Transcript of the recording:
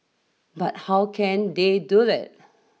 but how can they do it